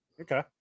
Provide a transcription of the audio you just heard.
Okay